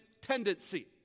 tendency